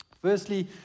Firstly